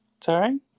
Sorry